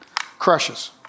crushes